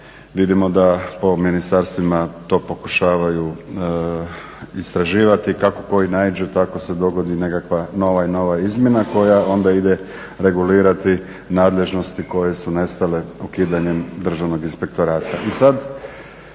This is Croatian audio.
Vidimo da po ministarstvima to pokušavaju istraživati. Kako koji naiđe, tako se dogodi nekakva nova i nova izmjena koja onda ide regulirati nadležnosti koje su nestale ukidanjem Državnog inspektorata.